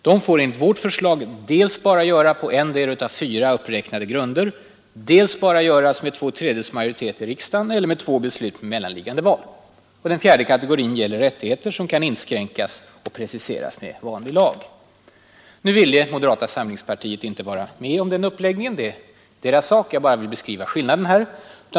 De får enligt vårt förslag dels bara göras på endera av fyra uppräknade grunder, dels bara göras med två tredjedels majoritet i riksdagen eller med två beslut med mellanliggande val Den fjärde kategorien gäller rättigheter som kan inskränkas "och preciseras med vanlig lag. Nu ville moderata samlingspartiet inte vara med om den uppläggningen. Det är deras sak; jag ville bara beskriv a skillnaden.